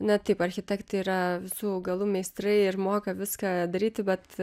na taip architektai yra visų galų meistrai ir moka viską daryti bet